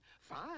Fine